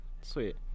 Sweet